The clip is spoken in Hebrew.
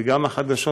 וגם החדשות,